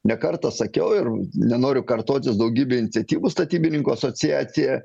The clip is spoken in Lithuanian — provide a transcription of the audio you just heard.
ne kartą sakiau ir nenoriu kartotis daugybei iniciatyvų statybininkų asociacija